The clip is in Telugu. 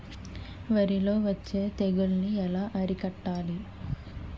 వరిలో వచ్చే తెగులని ఏలా అరికట్టాలి?